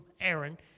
Aaron